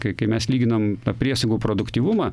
kai kai mes lyginom priesagų produktyvumą